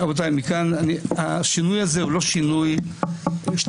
רבותיי, השינוי הזה הוא לא שינוי טכני,